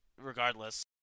regardless